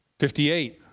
fifty eight,